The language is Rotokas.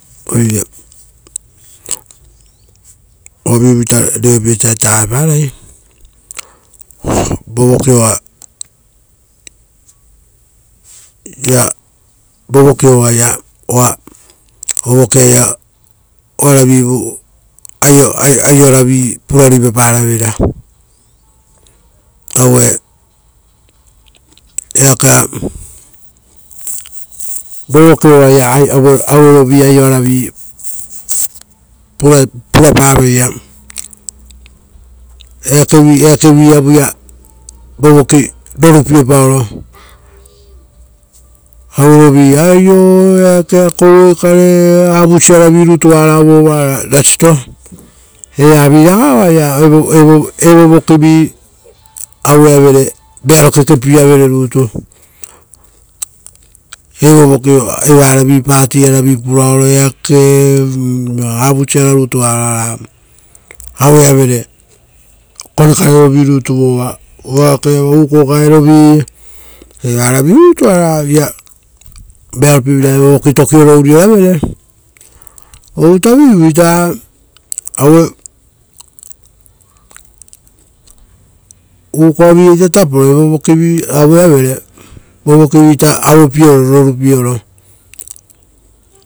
Oire. Ovivuita reopiesaita aue parai vovokiova iaa oaa ovokiaia oaravivu aio aioaravi pura ruipaparaveira aue eakea vovokio oaia, auerovi auerovi aioaravi purapaveira eakevi eakeviavu raa vovoki roropiepaoro. Auerovi aioo eake akorokare avusaravi rutu varao vova rasito. Evaviraga oaia evo evovokivi, aueavere vearo kekepieavere rutu. Evo voki evaravi pati aravi puraoro eakee avusara rutu, oara aueavere. Korekare rovii rutuva vova ukoo gaerovi, evaravi rutu oaravia, vearopievira evo voki tokioro urioravere. Ovutavivuita aue. Ukoa viata taporo evo vokivi oveavere, vovokivi ita auepieoro rorupieoro.